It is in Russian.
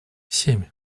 семь